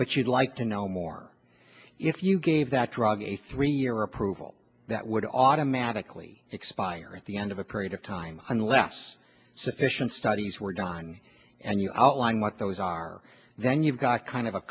but you'd like to know more if you gave that drug a three year approval that would automatically expire at the end of a period of time unless sufficient studies were done and you outline what those are then you've got kind of a